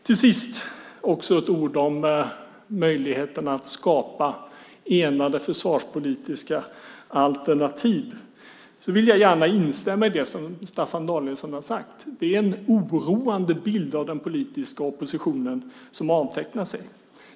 Till sist vill jag också säga ett ord om möjligheterna att skapa enade försvarspolitiska alternativ. Jag vill gärna instämma i det Staffan Danielsson har sagt, nämligen att det är en oroande bild av den politiska oppositionen som avtecknar sig.